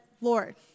Lord